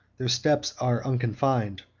their steps are unconfined,